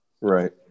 Right